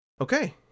Okay